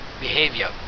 behavior